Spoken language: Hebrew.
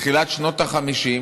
בתחילת שנות ה-50.